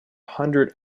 hundred